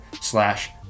slash